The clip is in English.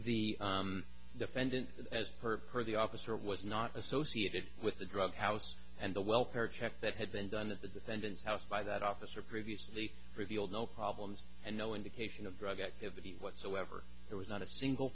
fellas the defendant as per the officer was not associated with the drug house and the welfare check that had been done that the defendant's house by that officer previously revealed no problems and no indication of drug activity whatsoever there was not a single